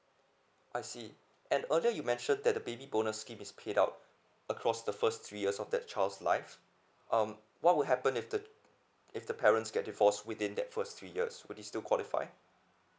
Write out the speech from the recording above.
I see and earlier you mention that the baby bonus scheme is paid out across the first three years of that child's life um what would happen if the if the parents get divorced within that first three years would this still qualify